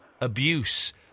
abuse